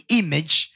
image